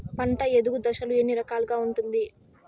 పంట ఎదుగు దశలు ఎన్ని రకాలుగా ఉంటుంది?